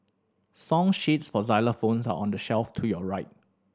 song sheets for xylophones are on the shelf to your right